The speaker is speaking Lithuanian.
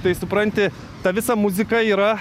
tai supranti ta visą muzika yra